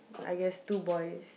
I guess two boys